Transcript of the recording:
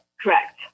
Correct